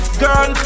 girl